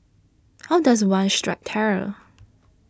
how does one strike terror